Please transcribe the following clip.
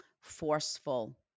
forceful